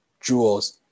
jewels